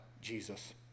Jesus